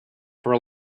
for